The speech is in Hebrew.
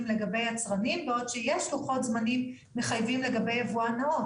לגבי יצרנים בעוד שיש לוחות זמנים מחייבים עבור יבואנים,